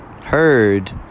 heard